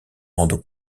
rendent